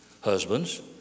Husbands